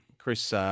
Chris